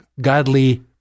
godly